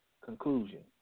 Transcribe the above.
conclusion